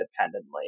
independently